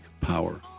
power